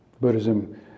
Buddhism